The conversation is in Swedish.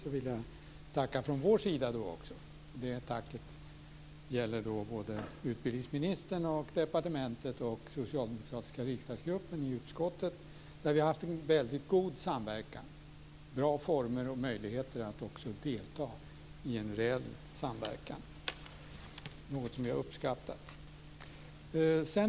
Då vill jag tacka från vår sida, och det gäller både utbildningsministern, departementet och den socialdemokratiska riksdagsgruppen i utskottet där vi har haft en väldigt god samverkan, bra former och möjligheter att också delta i en bred samverkan, något som jag uppskattat.